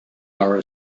our